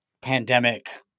pandemic